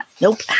Nope